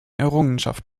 errungenschaft